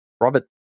Robert